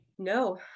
No